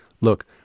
look